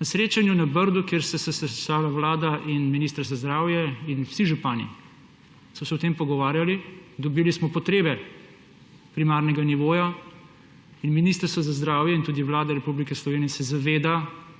Na srečanju na Brdu, kjer se je sestala vlada in minister za zdravje in vsi župani, so se o tem pogovarjali, dobili smo potrebe primarnega nivoja. Ministrstvo za zdravje in tudi Vlada Republike Slovenije se zaveda,